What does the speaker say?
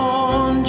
on